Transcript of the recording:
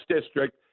district